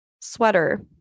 Sweater